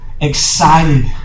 excited